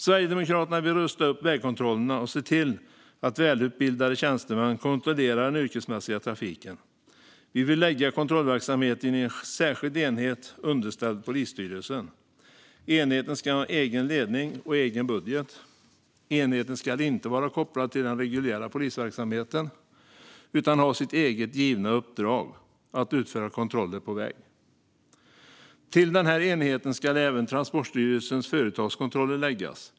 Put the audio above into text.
Sverigedemokraterna vill rusta upp vägkontrollerna och se till att välutbildade tjänstemän kontrollerar den yrkesmässiga trafiken. Vi vill lägga kontrollverksamheten i en särskild enhet underställd polisstyrelsen. Enheten ska ha egen ledning och egen budget. Enheten ska inte vara kopplad till den reguljära polisverksamheten utan ha sitt eget givna uppdrag: att utföra kontroller på väg. Till den här enheten ska även Transportstyrelsens företagskontroller flyttas.